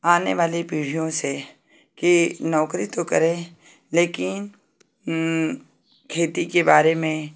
आने वाली पीढ़ियों से कि नौकरी तो करें लेकिन खेती के बारे में